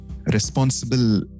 responsible